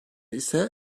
ise